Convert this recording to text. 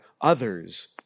others